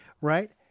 right